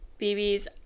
BB's